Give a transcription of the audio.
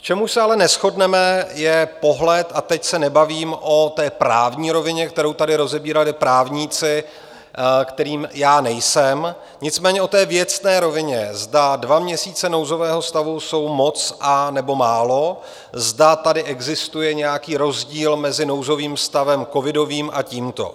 V čem už se ale neshodneme, je pohled, a teď se nebavím o té právní rovině, kterou tady rozebírali právníci, kterým já nejsem, nicméně o té věcné rovině, zda dva měsíce nouzového stavu jsou moc, nebo málo, zda tady existuje nějaký rozdíl mezi nouzovým stavem covidovým a tímto.